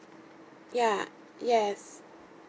ya yes